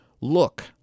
Look